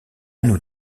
nous